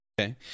okay